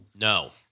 No